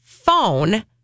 phone